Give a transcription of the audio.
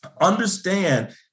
understand